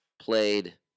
played